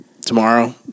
tomorrow